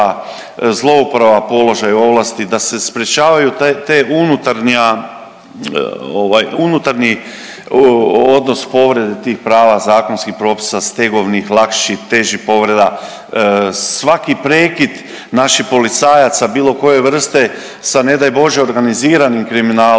zlouporaba položaja i ovlasti, da se sprječavaju te unutarnja unutarnji odnos povrede tih prava zakonskih propisa, stegovnih, lakših, težih povreda. Svaki prekid naših policajaca bilo koje vrste sa ne daj Bože organiziranim kriminalom,